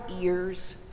ears